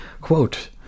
Quote